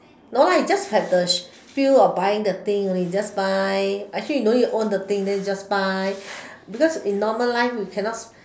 no lah you just have the sh~ feel of buying the thing only just buy actually you no need to own that thing then you just buy because in normal life we cannot